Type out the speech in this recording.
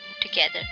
together